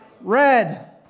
Red